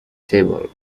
tabled